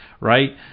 Right